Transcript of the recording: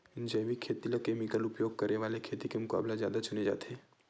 जैविक खेती ला केमिकल उपयोग करे वाले खेती के मुकाबला ज्यादा चुने जाते